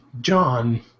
John